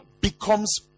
becomes